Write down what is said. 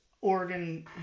Oregon